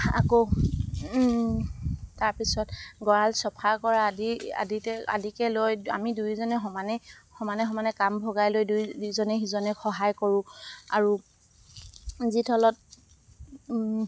আকৌ তাৰপিছত গঁৰাল চফা কৰা আদিকে লৈ আমি দুয়োজনে সমানেই কাম ভগাই লৈ দুইজনে সিজনে সহায় কৰোঁ আৰু যি থলত